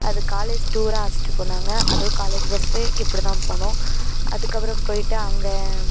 அது காலேஜ் டூராக அழைச்சிட்டு போனாங்க அதுவும் காலேஜ் பஸ்ஸு இப்படி தான் போனோம் அதுக்கப்புறம் போயிட்டு அங்கே